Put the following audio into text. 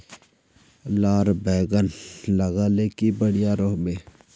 लार बैगन लगाले की बढ़िया रोहबे?